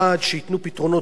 אנחנו שנים,